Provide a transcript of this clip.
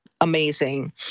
amazing